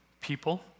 people